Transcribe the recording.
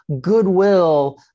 goodwill